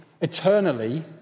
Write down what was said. Eternally